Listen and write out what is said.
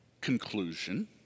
conclusion